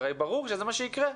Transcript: הרי ברור שזה מה שיקרה.